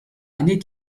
need